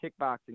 kickboxing